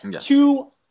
Two